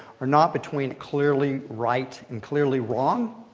are not between clearly right and clearly wrong.